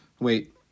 Wait